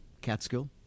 catskill